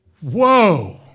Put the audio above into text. whoa